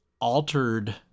altered